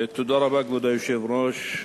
כבוד היושב-ראש,